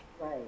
Right